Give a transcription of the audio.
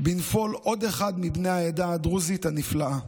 בנפול עוד אחד מבני העדה הדרוזית הנפלאה.